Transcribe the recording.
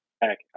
back